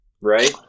Right